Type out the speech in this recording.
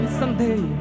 someday